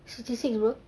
sixty six bro